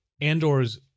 Andor's